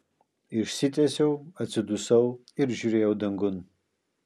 išsitiesiau atsidusau ir žiūrėjau dangun